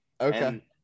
Okay